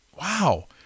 wow